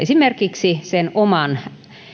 esimerkiksi vaikkapa oman